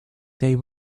they